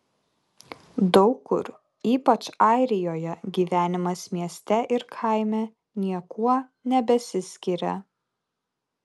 daug kur ypač airijoje gyvenimas mieste ir kaime niekuo nebesiskiria